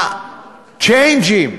הצ'יינג'ים,